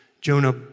Jonah